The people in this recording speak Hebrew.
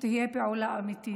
שתהיה פעולה אמיתית,